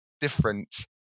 different